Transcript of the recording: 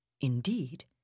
Indeed